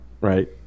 right